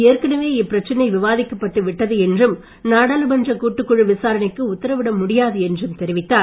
ஏற்கனவே இப்பிரச்சனை விவாதிக்கப்பட்டு விட்டது என்றும் நாடாளுமன்றக் கூட்டுக்குழு விசாரணைக்கு உத்தரவிட முடியாது என்றும் தெரிவித்தார்